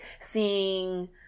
seeing